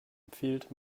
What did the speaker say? empfiehlt